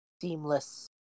seamless